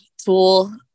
Tool